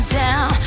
down